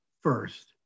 first